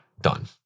done